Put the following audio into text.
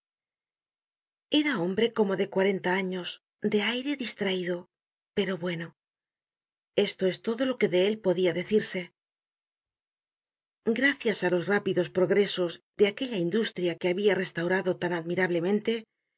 era hombre como de cuarenta años de aire distraido pero bueno esto es todo lo que de él podia decirse gracias á los rápidos progresos de aquella industria que habia restaurado tan